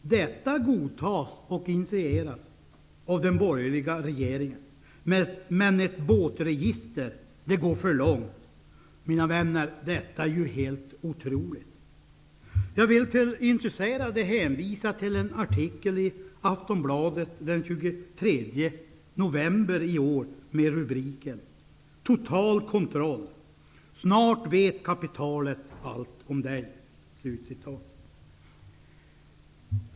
Detta godtas och initieras av den borgerliga regeringen. Men när det gäller båtregistret tycker man att det går för långt! Mina vänner, detta är helt otroligt. Intresserade hänvisar jag till en artikel i Total kontroll -- snart vet kapitalet allt om dig.